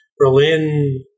Berlin